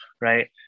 right